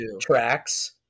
tracks